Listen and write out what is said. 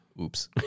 Oops